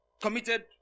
committed